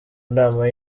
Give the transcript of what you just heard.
nama